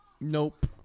Nope